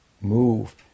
move